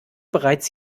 bereits